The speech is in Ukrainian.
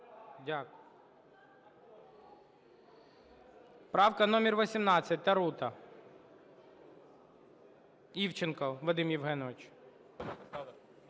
Дякую. Правка номер 18, Тарута. Івченко Вадим Євгенович.